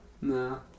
No